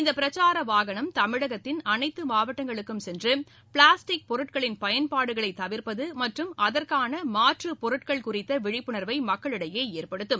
இந்த பிரச்சார வாகனம் தமிழகத்தின் அனைத்து மாவட்டங்களுக்கும் சென்று பிளாஸ்டிக் பொருட்களின் பயன்பாடுகளை தவிர்ப்பது மற்றும் அதற்கான மாற்றுப் பொருட்கள் குறித்த விழிப்புணர்வை மக்களிடையே ஏற்படுத்தும்